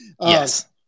Yes